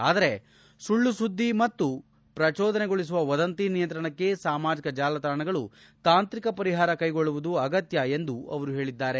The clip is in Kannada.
ಆದರೆ ಸುಳ್ಳು ಸುದ್ದಿ ಮತ್ತು ಪ್ರಚೋದನೆಗೊಳಿಸುವ ವದಂತಿ ನಿಯಂತ್ರಣಕ್ಕೆ ಸಾಮಾಜಿಕ ಜಾಲತಾಣಗಳು ತಾಂತ್ರಿಕ ಪರಿಹಾರ ಕೈಗೊಳ್ಳುವುದು ಅಗತ್ಯ ಎಂದು ಅವರು ಹೇಳಿದ್ದಾರೆ